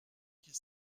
qu’il